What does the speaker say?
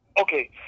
okay